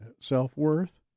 self-worth